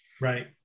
Right